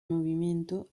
movimiento